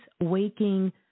waking